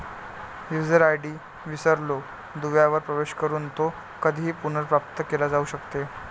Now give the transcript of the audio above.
user ID विसरलो दुव्यावर प्रवेश करून तो कधीही पुनर्प्राप्त केला जाऊ शकतो